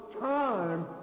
time